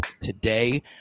today